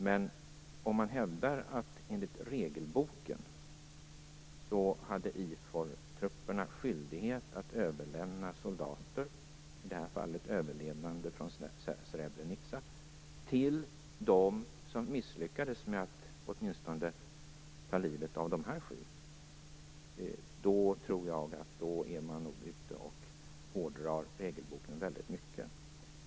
Men om man hävdar att enligt regelboken hade IFOR-trupperna skyldighet att överlämna soldater, i det här fallet överlevande från Srebrenica, till dem som misslyckades med att åtminstone ta livet av dessa sju, hårdrar man nog regelboken väldigt mycket.